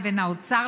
לבין האוצר,